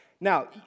Now